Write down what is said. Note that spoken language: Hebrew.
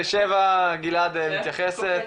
אלישבע גלעד מתייחסת,